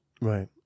right